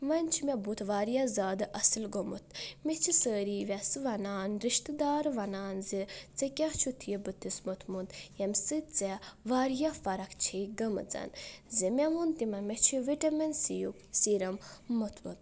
وۄنۍ چھُ مےٚ بُتھ واریاہ زیٛادٕ اصل گوٚمُت مےٚ چھ سأری ویٚسہٕ ونان رِشتہٕ دار ونان زِ ژےٚ کیٛاہ چھُتھ یہِ بُتھِس موٚتھمُت ییٚمہِ سۭتۍ ژےٚ واریاہ فرق چھے گٔمٕژ زِ مےٚ ووٚن تِمن مےٚ چھُ وِٹیمِن سی یُک سِرم موٚتھمُت